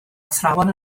athrawon